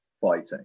fighting